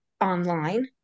online